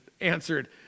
answered